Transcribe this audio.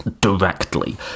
directly